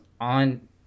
on